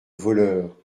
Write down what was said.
voleur